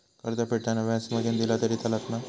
कर्ज फेडताना व्याज मगेन दिला तरी चलात मा?